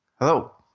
Hello